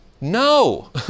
No